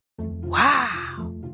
Wow